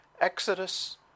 Exodus